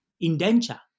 indenture